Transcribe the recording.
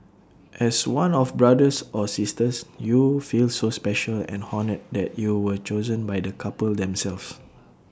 as one of brothers or sisters you feel so special and honoured that you were chosen by the couple themselves